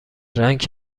رنگ